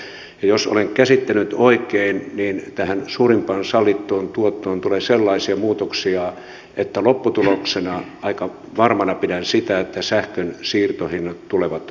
ja jos olen käsittänyt oikein niin tähän suurimpaan sallittuun tuottoon tulee sellaisia muutoksia että lopputuloksena aika varmana pidän sitä sähkön siirtohinnat tulevat nousemaan